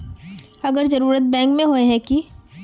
अगर जरूरत बैंक में होय है की?